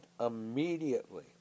immediately